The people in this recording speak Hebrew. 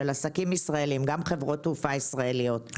של עסקים ישראלים גם חברות תעופה ישראליות,